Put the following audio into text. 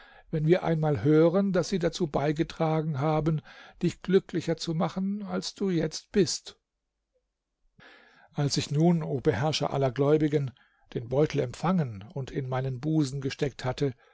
wenn wir einmal hören daß sie dazu beigetragen haben dich glücklicher zu machen als du jetzt bist als ich nun o beherrscher aller gläubigen den beutel empfangen und in meinen busen gesteckt hatte